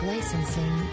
Licensing